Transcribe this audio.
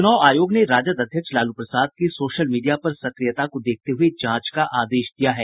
चुनाव आयोग ने राजद अध्यक्ष लालू प्रसाद की सोशल मीडिया पर सक्रियता को देखते हुए जांच का आदेश दिया है